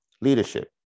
Leadership